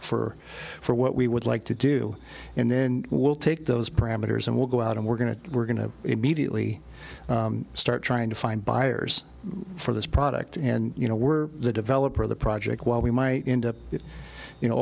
for for what we would like to do and then we'll take those parameters and we'll go out and we're going to we're going to immediately start trying to find buyers for this product and you know we're the developer of the project while we might end up you know